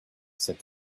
said